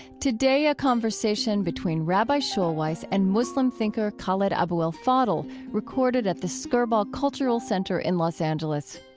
today, a conversation between rabbi schulweis and muslim thinker khaled abou el fadl recorded at the skirball cultural center in los angeles.